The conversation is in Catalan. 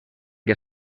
que